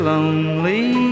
Lonely